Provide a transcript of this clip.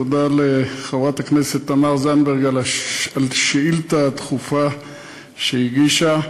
תודה לחברת הכנסת תמר זנדברג על השאילתה הדחופה שהיא הגישה.